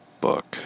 book